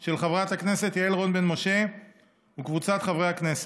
של חברת הכנסת יעל רון בן משה וקבוצת חברי הכנסת.